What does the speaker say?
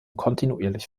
kontinuierlich